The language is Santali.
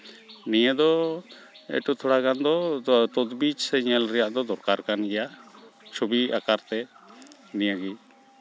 ᱱᱤᱭᱟᱹ ᱫᱚ ᱮᱠᱴᱩ ᱛᱷᱚᱲᱟᱜᱟᱱ ᱫᱚ ᱛᱚᱡᱽᱵᱤᱡᱽ ᱥᱮ ᱧᱮᱞ ᱨᱮᱭᱟᱜ ᱫᱚ ᱫᱚᱨᱠᱟᱨ ᱠᱟᱱ ᱜᱮᱭᱟ ᱪᱷᱚᱵᱤ ᱟᱠᱟᱨᱛᱮ ᱱᱤᱭᱟᱹᱜᱮ